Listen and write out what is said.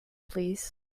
please